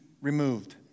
removed